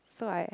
so I